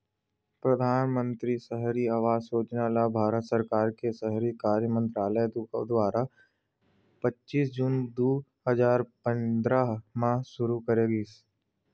परधानमंतरी सहरी आवास योजना ल भारत सरकार के सहरी कार्य मंतरालय दुवारा पच्चीस जून दू हजार पंद्रह म सुरू करे गिस